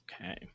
Okay